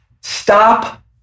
Stop